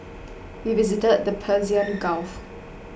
we visited the Persian Gulf